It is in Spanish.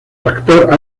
tractor